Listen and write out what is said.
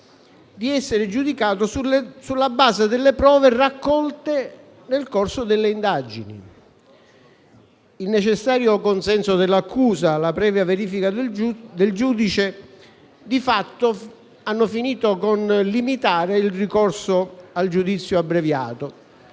di essere giudicato sulla base delle prove raccolte nel corso delle indagini. Il necessario consenso dell'accusa e la previa verifica del giudice di fatto hanno finito con limitare il ricorso al giudizio abbreviato,